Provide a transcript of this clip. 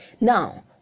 Now